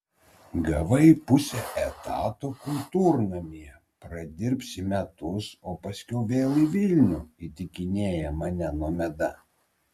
gavai pusę etato kultūrnamyje pradirbsi metus o paskui vėl į vilnių įtikinėja mane nomeda